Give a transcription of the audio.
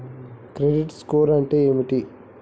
Credit score అంటే ఏమిటి?